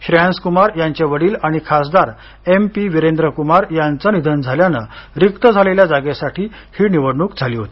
श्रेयांस कुमार यांचे वडील आणि खासदार एम पी वीरेंद्र कुमार यांचं निधन झाल्यानं रिक्त झालेल्या जागेसाठी ही निवडणूक झाली होती